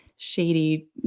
shady